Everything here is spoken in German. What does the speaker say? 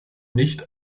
nicht